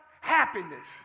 happiness